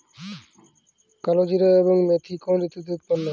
কালোজিরা এবং মেথি কোন ঋতুতে উৎপন্ন হয়?